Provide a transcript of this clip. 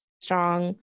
strong